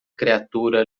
creatura